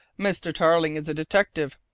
mr. tarling is a detective,